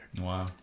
Wow